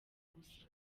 gusa